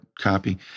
copy